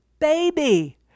baby